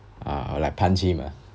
or like punch him ah